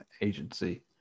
agency